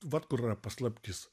vat kur yra paslaptis